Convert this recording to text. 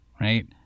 Right